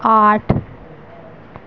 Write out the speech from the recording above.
आठ